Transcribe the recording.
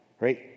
Right